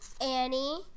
Annie